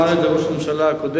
אמר את זה ראש הממשלה הקודם,